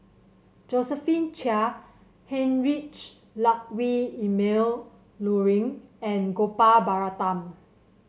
Josephine Chia Heinrich Ludwig Emil Luering and Gopal Baratham